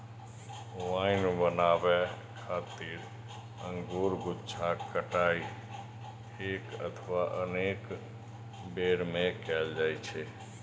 wine बनाबै खातिर अंगूरक गुच्छाक कटाइ एक अथवा अनेक बेर मे कैल जाइ छै